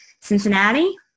Cincinnati